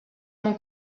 mon